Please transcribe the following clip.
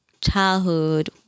childhood